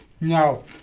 No